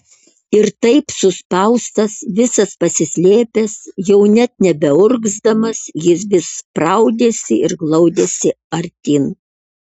ir taip suspaustas visas pasislėpęs jau net nebeurgzdamas jis vis spraudėsi ir glaudėsi artyn